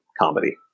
comedy